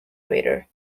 crater